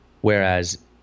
Whereas